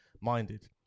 minded